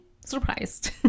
surprised